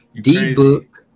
D-Book